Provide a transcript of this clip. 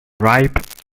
ripe